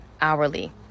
hourly